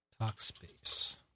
Talkspace